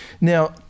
Now